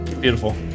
Beautiful